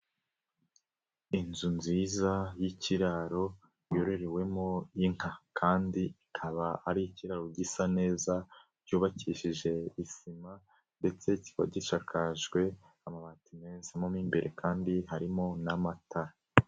Inzu nziza y'ikiraro yororewemo inka, kandi ikaba ari ikiraro gisa neza cyubakishijwe isima, ndetse kiba gishakakajwe amabati meza. Mo imbere kandi harimo n'amatara.